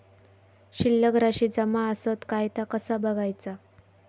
शिल्लक राशी जमा आसत काय ता कसा बगायचा?